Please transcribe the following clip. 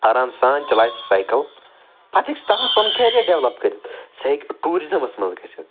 آرام سان چَلایہ سُہ سایکل پَتہٕ ہیٚکہِ سُہ تتھ مَنٛز پَنن کیریر ڈیٚولَپ کٔرِتھ سُہ ہیٚکہِ ٹیٛوٗرِزمَس مَنٛز گٔژھِتھ